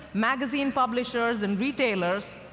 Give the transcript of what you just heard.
magazine publishers, and retailers,